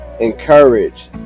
encourage